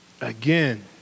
again